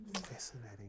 Fascinating